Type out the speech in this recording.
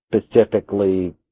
specifically